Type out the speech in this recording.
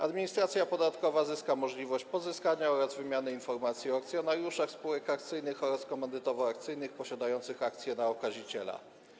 Administracja podatkowa zyska możliwość pozyskania oraz wymiany informacji o akcjonariuszach spółek akcyjnych oraz komandytowo-akcyjnych posiadających akcje na okaziciela.